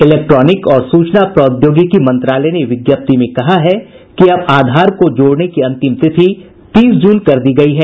electronic और सूचना प्रौद्योगिकी मंत्रालय ने विज्ञप्ति में कहा है कि अब आधार को जोड़ने की अंतिम तिथि तीस जून कर दी गई है